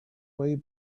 way